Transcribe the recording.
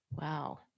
Wow